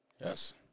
Yes